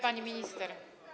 Pani Minister!